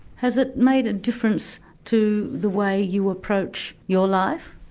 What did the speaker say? has it made a difference to the way you approach your life?